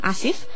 Asif